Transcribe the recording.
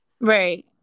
Right